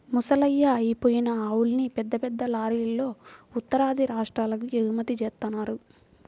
ముసలయ్యి అయిపోయిన ఆవుల్ని పెద్ద పెద్ద లారీలల్లో ఉత్తరాది రాష్ట్రాలకు ఎగుమతి జేత్తన్నారు